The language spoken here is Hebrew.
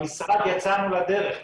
במשרד יצאנו לדרך,